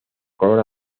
color